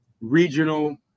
regional